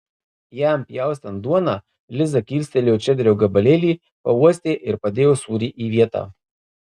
jam pjaustant duoną liza kilstelėjo čederio gabalėlį pauostė ir padėjo sūrį į vietą